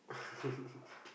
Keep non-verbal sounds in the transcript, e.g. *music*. *laughs*